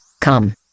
come